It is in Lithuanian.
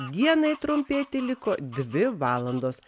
dienai trumpėti liko dvi valandos